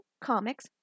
comics